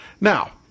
Now